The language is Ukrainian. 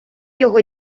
його